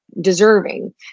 deserving